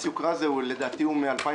מס היוקרה הזה לדעתי הוא מ-2013,